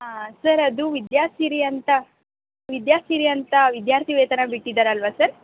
ಹಾಂ ಸರ್ ಅದು ವಿದ್ಯಾಸಿರಿ ಅಂತ ವಿದ್ಯಾಸಿರಿ ಅಂತ ವಿದ್ಯಾರ್ಥಿ ವೇತನ ಬಿಟ್ಟಿದ್ದಾರಲ್ವಾ ಸರ್